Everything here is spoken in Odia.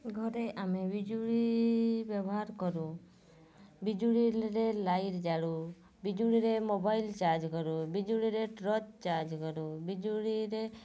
ଘରେ ଆମେ ବିଜୁଳି ବ୍ୟବହାର କରୁ ବିଜୁଳିରେ ଲାଇଟ୍ ଜାଳୁ ବିଜୁଳିରେ ମୋବାଇଲ୍ ଚାର୍ଜ୍ କରୁ ବିଜୁଳିରେ ଟର୍ଚ୍ଚ୍ ଚାର୍ଜ୍ କରୁ ବିଜୁଳିରେ